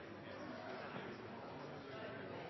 er nå så,